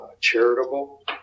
charitable